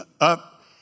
up